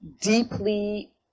deeply